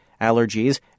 allergies